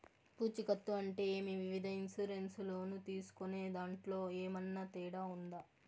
పూచికత్తు అంటే ఏమి? వివిధ ఇన్సూరెన్సు లోను తీసుకునేదాంట్లో ఏమన్నా తేడా ఉందా?